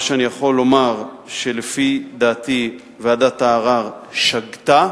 מה שאני יכול לומר הוא שלפי דעתי ועדת הערר שגתה.